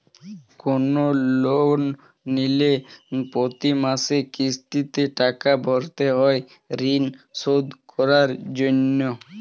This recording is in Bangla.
কোন লোন নিলে প্রতি মাসে কিস্তিতে টাকা ভরতে হয় ঋণ শোধ করার জন্য